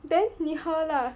then 你喝 lah